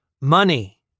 Money